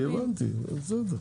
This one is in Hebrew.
הבנתי, בסדר.